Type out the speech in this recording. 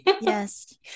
Yes